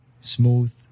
smooth